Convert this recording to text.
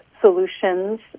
Solutions